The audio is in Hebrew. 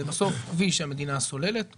בסוף זה כביש שהמדינה סוללת,